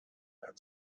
had